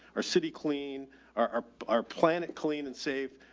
our city, clean our, our, our planet clean and safe,